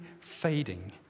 fading